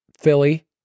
philly